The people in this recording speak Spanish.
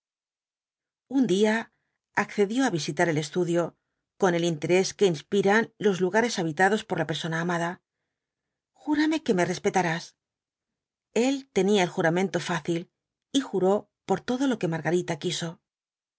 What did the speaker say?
un día accedió á visitar el estudio con el interés que inspiran los lugares habitados por la persona amada júrame que me respetarás el tenía el juramento fácil y juró por todo lo que margarita quiso